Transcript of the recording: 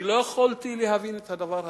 לא יכולתי להבין את הדבר הזה,